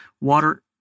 water